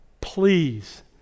please